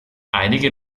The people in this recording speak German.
einige